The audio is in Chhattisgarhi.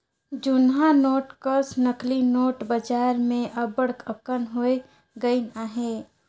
जुनहा नोट कस नकली नोट बजार में अब्बड़ अकन होए गइन अहें